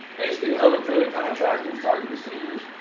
basically, home improvement contractors targeting seniors,